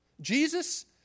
Jesus